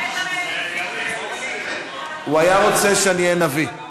לא, הוא היה רוצה שאני אהיה נביא.